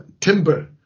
timber